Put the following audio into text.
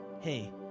Hey